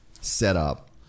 setup